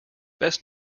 best